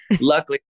luckily